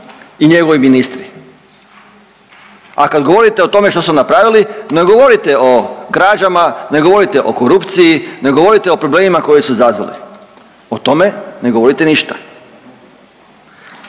i njegovi ministri? A kada govorite o tome što su napravili ne govorite o krađama, ne govorite o korupciji, ne govorite o problemima koji su izazvali o tome ne govorite ništa.